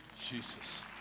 Jesus